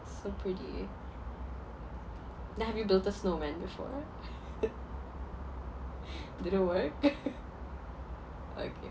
it's so pretty then have you built a snowman before didn't work okay